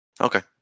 Okay